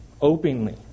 openly